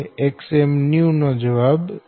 451120